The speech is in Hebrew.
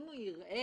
אם הוא יראה